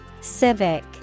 Civic